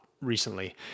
recently